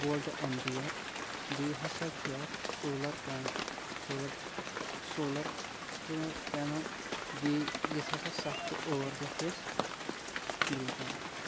volt ampere بیٚیہِ ہسا چھُ اَتھ سولَر پےٚ سولَر سولَر پٮ۪نَل بیٚیہِ یُس ہسا سَتھ ٹہٕ ٲٹھ دۄہ چھِ اَسہِ